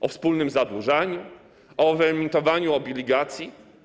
O wspólnym zadłużaniu, o wyemitowaniu obligacji.